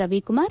Ravikumar